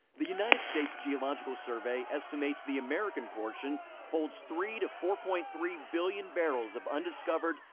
the united states geological survey estimates the american portion holds three to four point three billion barrels of undiscovered,